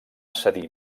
cedir